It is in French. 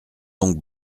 donc